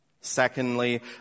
Secondly